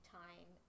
time